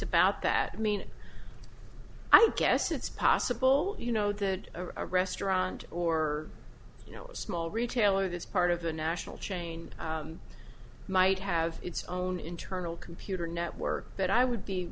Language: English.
about that i mean i guess it's possible you know that a restaurant or you know a small retailer that's part of the national chain might have its own internal computer network but i would be